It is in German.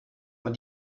man